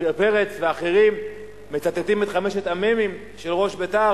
עמיר פרץ ואחרים מצטטים את חמשת המ"מים של ראש בית"ר.